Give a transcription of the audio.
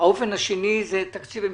אופן שני זה תקציב המשכי,